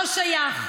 טקס המשואות לא שייך,